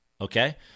Okay